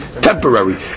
temporary